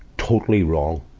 totally wrong.